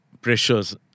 pressures